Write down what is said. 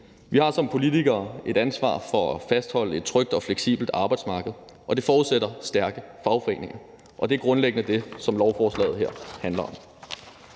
Vi har som politikere et ansvar for at fastholde et trygt og fleksibelt arbejdsmarked. Det forudsætter stærke fagforeninger, og det er grundlæggende det, som lovforslaget her handler om.